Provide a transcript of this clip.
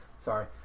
Sorry